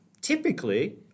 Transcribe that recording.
typically